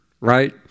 Right